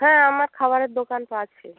হ্যাঁ আমার খাবারের দোকান তো আছে